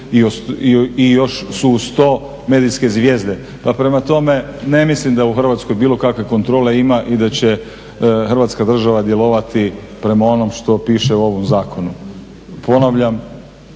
i još su uz to medijske zvijezde. Pa prema tome, ne mislim da u Hrvatskoj bilo kakve kontrole ima i da će Hrvatska država djelovati prema onom što piše u ovom zakonu. Ponavljam